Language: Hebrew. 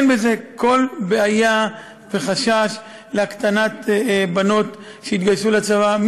אין בזה כל בעיה וחשש להקטנת מספר הבנות שיתגייסו לצבא.